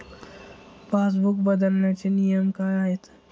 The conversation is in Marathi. पासबुक बदलण्याचे नियम काय आहेत?